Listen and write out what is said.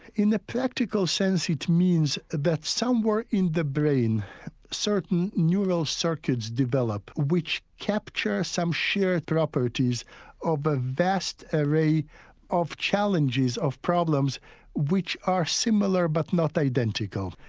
in the practical sense it means that somewhere in the brain certain neural circuits develop which capture some shared properties of a vast array of challenges of problems which are similar but not identical.